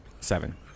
seven